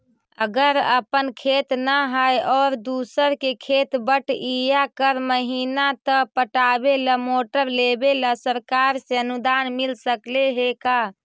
अगर अपन खेत न है और दुसर के खेत बटइया कर महिना त पटावे ल मोटर लेबे ल सरकार से अनुदान मिल सकले हे का?